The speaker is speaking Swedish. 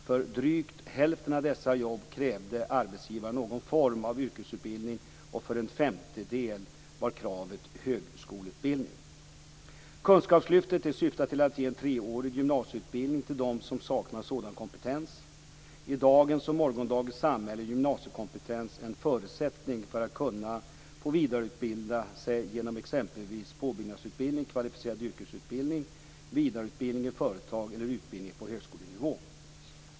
För drygt hälften av dessa jobb krävde arbetsgivaren någon form av yrkesutbildning och för en femtedel var kravet högskoleutbildning. Kunskapslyftet syftar till att ge en treårig gymnasieutbildning till dem som saknar sådan kompetens. I dagens och morgondagens samhälle är gymnasiekompetens en förutsättning för att kunna få vidareutbilda sig genom exempelvis påbyggnadsutbildning, kvalificerad yrkesutbildning, vidareutbildning i företag eller utbildning på högskolenivå.